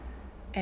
and